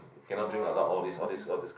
cannot drink a lot all these all these all